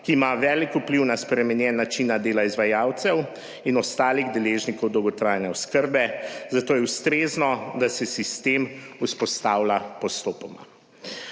ki ima velik vpliv na spremenjen način dela izvajalcev in ostalih deležnikov dolgotrajne oskrbe, zato je ustrezno, da se sistem vzpostavlja postopoma.